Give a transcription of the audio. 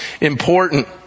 important